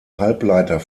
halbleiter